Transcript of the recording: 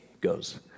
goes